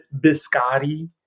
biscotti